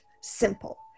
simple